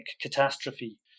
catastrophe